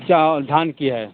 चाव धान की है